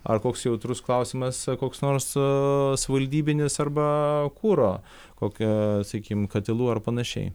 ar koks jautrus klausimas koks nors savivaldybinis arba kuro kokio sakykim katilų ar panašiai